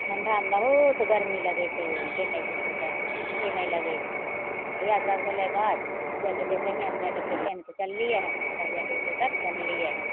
ठण्डामे बहुत गरमी लागै छै ओ पेनहै छिए सोइटर तऽ ठण्डी नहि लागै छै इएहसब होलै बात जे कहै छै सहिए ने जा करिके पेहनके चललिए हँ तब जाके ओ सोइटर पेहनलिए हँ